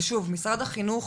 משרד החינוך